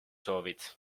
soovid